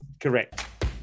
Correct